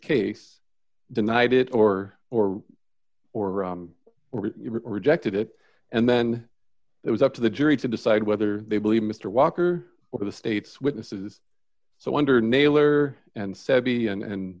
case denied it or or or or rejected it and then it was up to the jury to decide whether they believe mr walker or the state's witnesses so under